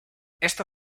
esto